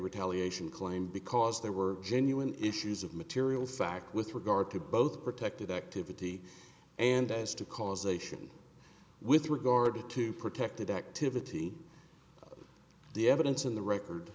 retaliating claim because there were genuine issues of material fact with regard to both protected activity and as to causation with regard to protected activity the evidence in the record